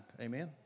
Amen